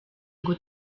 ngo